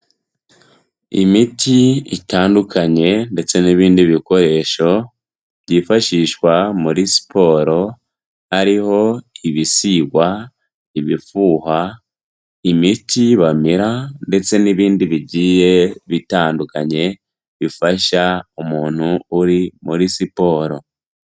Imiti itandukanye ndetse n'ibindi bikoresho byifashishwa muri siporo ariho ibisigwa, ibifuha, imiti bamira, ndetse n'ibindi bigiye bitandukanye bifasha umuntu uri muri siporo.